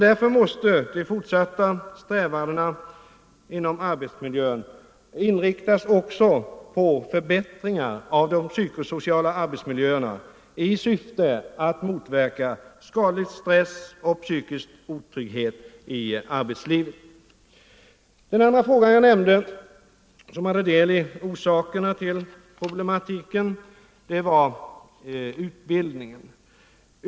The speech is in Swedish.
Därför måste de fortsatta strävandena inom arbetsmiljön också inriktas på förbättringar av de psykosociala arbetsmiljöerna i syfte att motverka skadlig stress och psykisk otrygghet i arbetslivet. Den andra frågan jag nämnde gällde utbildningen.